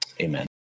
Amen